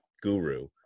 guru